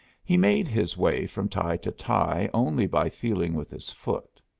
he made his way from tie to tie only by feeling with his foot.